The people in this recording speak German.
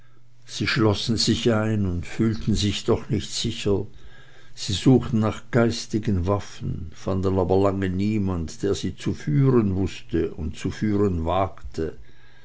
sie schlossen sich ein und fühlten sich doch nicht sicher sie suchten nach geistigen waffen fanden aber lange niemand der sie zu führen wußte und zu führen wagte